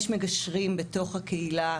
יש מגשרים בתוך הקהילה,